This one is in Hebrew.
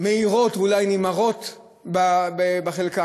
מהירות ואולי נמהרות בחלקן.